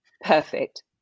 Perfect